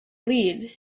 lead